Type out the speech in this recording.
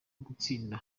gutsinda